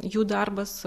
jų darbas